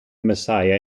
messiah